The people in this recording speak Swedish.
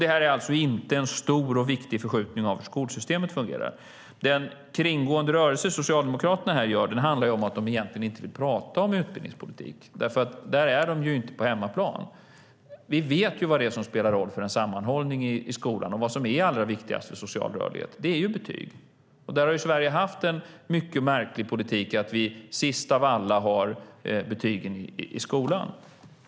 Det här är alltså inte en stor och viktig förskjutning av hur skolsystemet fungerar. Den kringgående rörelse som Socialdemokraterna här gör handlar om att de egentligen inte vill prata om utbildningspolitik, för där är de inte på hemmaplan. Det är betyg, och där har Sverige haft en mycket märklig politik i och med att vi sist av alla har betyg i skolan.